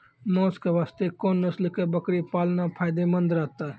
मांस के वास्ते कोंन नस्ल के बकरी पालना फायदे मंद रहतै?